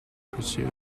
pursue